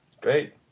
Great